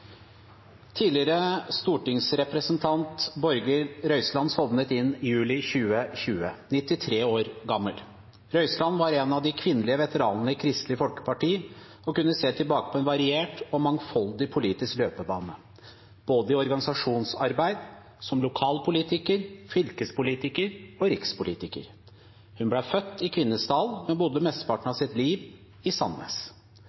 Tidligere stortingsrepresentant Borghild Røyseland sovnet inn den 13. juli 2020, 93 år gammel. Røyseland var en av de kvinnelige veteranene i Kristelig Folkeparti, og kunne se tilbake på en variert og mangfoldig politisk løpebane, både i organisasjonsarbeid og som lokalpolitiker, fylkespolitiker og rikspolitiker. Hun ble født i Kvinesdal, men bodde mesteparten